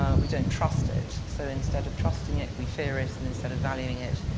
ah we don't trust it. so instead of trusting it, we fear it. and instead of valuing it,